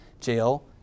Jill